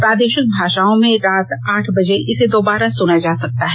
प्रादेशिक भाषाओं में रात आठ बजे इसे दोबारा सुना जा सकता है